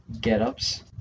get-ups